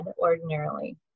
ordinarily